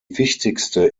wichtigste